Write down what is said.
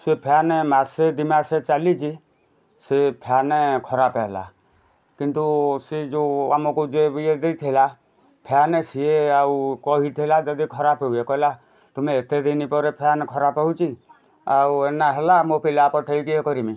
ସେ ଫ୍ୟାନ୍ ମାସେ ଦୁଇମାସ ଚାଲିଛି ସିଏ ଫ୍ୟାନ୍ ଖରାପ ହେଲା କିନ୍ତୁ ସେ ଯେଉଁ ଆମକୁ ଯିଏ ବି ଇଏ ଦେଇଥିଲା ଫ୍ୟାନ୍ ସିଏ ଆଉ କହିଥିଲା ଯବି ଖରାପ ହୁଏ କହିଲା ତୁମେ ଏତେଦିନି ପରେ ଫ୍ୟାନ୍ ଖରାପ ହେଉଛି ଆଉ ଏଇନା ହେଲା ମୁଁ ପିଲା ପଠେଇକି ଇଏ କରିମି